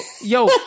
yo